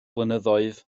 blynyddoedd